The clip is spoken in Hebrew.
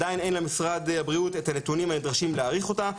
למשרד הבריאות עדיין אין את הנתונים הנדרשים כדי להעריך אותה.